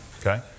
Okay